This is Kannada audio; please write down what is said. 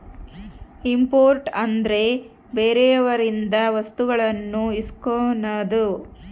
ಇಂಪೋರ್ಟ್ ಅಂದ್ರೆ ಬೇರೆಯವರಿಂದ ವಸ್ತುಗಳನ್ನು ಇಸ್ಕನದು